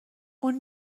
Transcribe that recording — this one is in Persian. اون